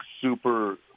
super